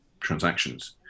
transactions